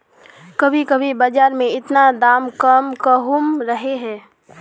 कभी कभी बाजार में इतना दाम कम कहुम रहे है?